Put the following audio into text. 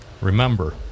remember